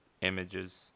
images